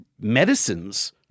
medicines